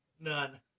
None